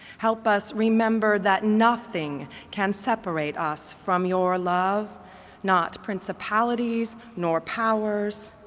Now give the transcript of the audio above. help us remember that nothing can separate us from your love not principalityies nor powers,